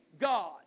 God